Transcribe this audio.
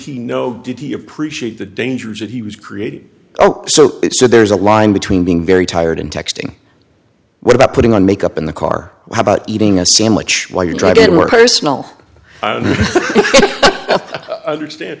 he know did he appreciate the dangers that he was created oh so so there's a line between being very tired and texting what about putting on makeup in the car how about eating a sandwich while you're driving at work or smell understand